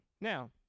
Now